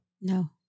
no